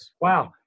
wow